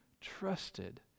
trusted